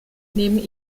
neben